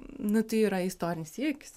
nu tai yra istorinis siekis